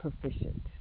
proficient